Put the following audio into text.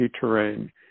terrain